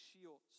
shields